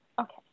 Okay